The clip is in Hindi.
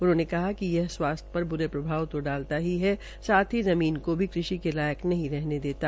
उन्होंने कहा कि यह स्वास्थ्य पर बुरे प्रभाव तो डालता ही है साथ ही ज़मीन को भी कृषि के लायक नहीं रहने देता